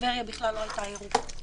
טבריה בכלל לא הייתה ירוקה.